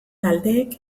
taldeek